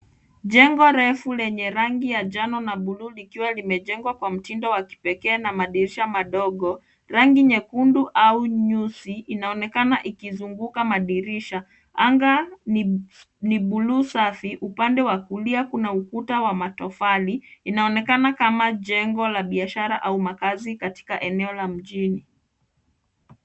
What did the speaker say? Jengo refu lenye rangi ya njano na bluu likiwa limejengwa kwa mtindo wa kipekee na madirisha madogo. Rangi nyekundu au nyeusi inaonekana ikizunguka madirisha. Anga ni buluu safi. Upande wa kulia kuna ukuta wa matofali. Inaonekana kama jengo la biashara ama makazi katika eneo la mjini.